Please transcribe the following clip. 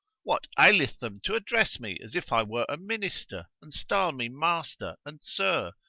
what aileth them to address me as if i were a minister and style me master, and sir?